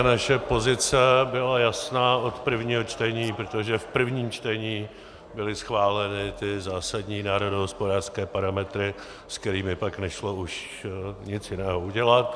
Naše pozice byla jasná od prvního čtení, protože v prvním čtení byly schváleny ty zásadní národohospodářské parametry, se kterými pak už nešlo nic jiného udělat.